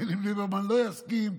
בין שליברמן לא יסכים,